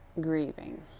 grieving